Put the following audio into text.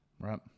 Right